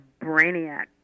brainiac